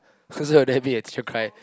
because of that you make your teacher cry